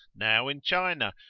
now in china,